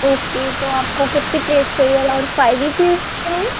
okay تو آپ کو کتنے پلیٹ چاہیے اراؤنڈ فائیو ہی پلیٹ چاہیے